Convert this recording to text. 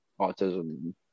autism